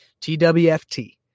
TWFT